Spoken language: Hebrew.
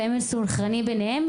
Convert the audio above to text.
והם מסונכרנים ביניהם,